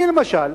אני, למשל,